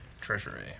treasury